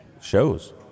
shows